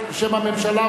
בשם הממשלה,